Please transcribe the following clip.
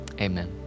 Amen